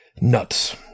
nuts